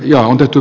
kannatan